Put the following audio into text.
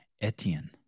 Etienne